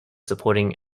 supporting